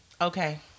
okay